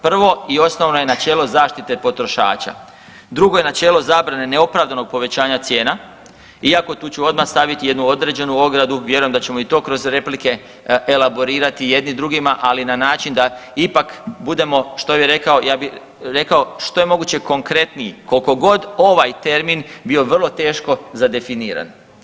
Prvo i osnovno je načelo zašite potrošača, drugo je načelo zabrane neopravdanog povećanja cijena, iako tu ću odmah staviti jednu određenu ogradu, vjerujem da ćemo i to kroz replike elaborirati jedni drugima, ali na način da ipak budemo što bi rekao, ja bi rekao što je moguće konkretniji, koliko god ovaj termin bio vrlo teško zadefiniran.